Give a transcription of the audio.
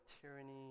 tyranny